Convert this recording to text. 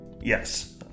yes